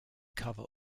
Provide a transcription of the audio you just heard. cover